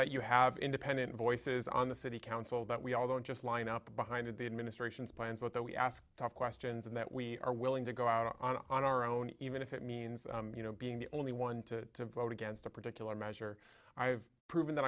that you have independent voices on the city council that we all don't just line up behind the administration's plans but that we ask tough questions and that we are willing to go out on our own even if it means you know being the only one to vote against a particular measure i've proven that